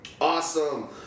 Awesome